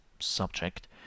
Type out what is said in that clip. subject